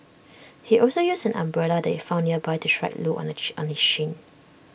he also used an umbrella that he found nearby to strike Loo on the shin on the shin